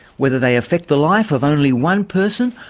whether they affect the life of only one person,